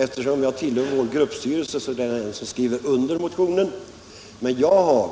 Eftersom jag tillhör vår gruppstyrelse skrev jag under motionen, men jag har